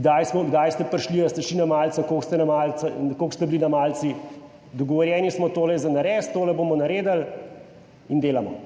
kdaj smo, kdaj ste prišli ali ste šli na malico, koliko ste bili na malici. Dogovorjeni smo tole za narediti, tole bomo naredili in delamo.